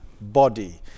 body